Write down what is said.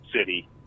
City